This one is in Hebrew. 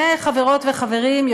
ו-חברות וחברים,